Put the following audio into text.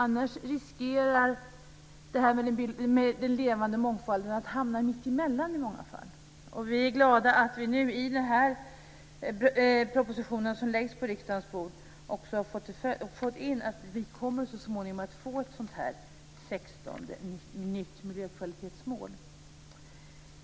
Annars riskerar den levande mångfalden att i många fall hamna mittemellan. Vi är glada att vi nu i den proposition som läggs på riksdagens bord också har fått in att vi så småningom kommer att få ett 16:e nytt miljökvalitetsmål.